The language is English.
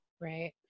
Right